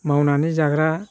मावनानै जाग्रा